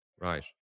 right